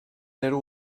zero